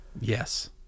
Yes